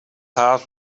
heart